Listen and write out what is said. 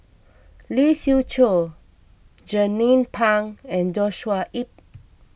Lee Siew Choh Jernnine Pang and Joshua Ip